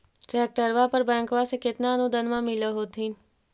ट्रैक्टरबा पर बैंकबा से कितना अनुदन्मा मिल होत्थिन?